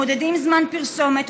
מודדות זמן פרסומות,